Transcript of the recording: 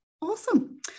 Awesome